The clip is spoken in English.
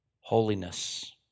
holiness